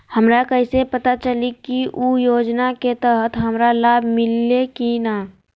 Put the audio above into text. हमरा कैसे पता चली की उ योजना के तहत हमरा लाभ मिल्ले की न?